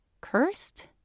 Cursed